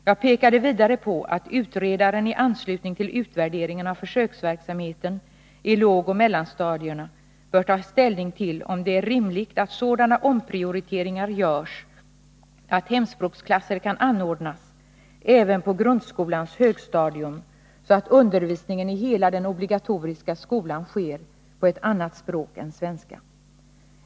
Jag pekade vidare på att utredaren i anslutning till utvärderingen av försöksverksamheten i lågoch mellanstadierna bör ta ställning till om det är rimligt att sådana omprioriteringar görs att hemspråksklasser kan anordnas även på grundskolans högstadium, så att undervisningen i hela den obligatoriska skolan sker på ett annat språk än svenska.